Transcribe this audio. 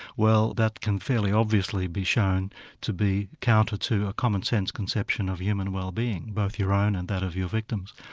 well, that can fairly obviously be shown to be counter to a commonsense conception of human wellbeing, both your own and that of your victims.